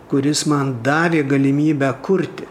kuris man davė galimybę kurti